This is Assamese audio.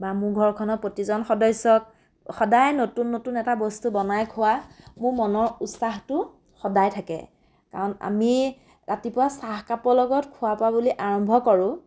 বা মোৰ ঘৰখনৰ প্ৰতিজন সদস্যক সদায় নতুন নতুন এটা বস্তু বনাই খোৱা মোৰ মনৰ উৎসাহটো সদায় থাকে কাৰণ আমিয়েই ৰাতিপুৱা চাহ কাপৰ লগত খোৱাৰ পৰা বুলি আৰম্ভ কৰোঁ